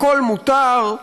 הכול מותר,